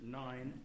nine